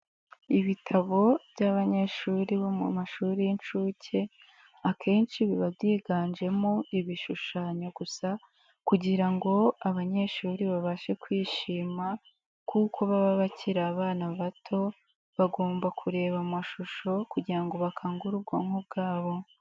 Ibitabo by'abanyeshuri bo mu mashuri y'inshuke, akenshi biba byiganjemo ibishushanyo gusa, kugira ngo abanyeshuri babashe kwishima, kuko baba bakiri abana bato, bagomba kureba amashusho kugira ngo bakangure ubwonko bwabo.